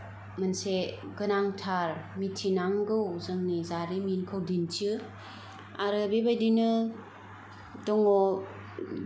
मोनसे गोनांथार मिथिनांगौ जोंनि जारिमिनखौ दिन्थियो आरो बे बायदिनो दङ